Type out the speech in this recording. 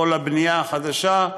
כל הבנייה החדשה,